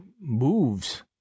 moves